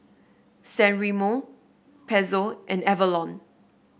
San Remo Pezzo and Avalon